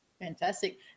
Fantastic